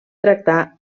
tractar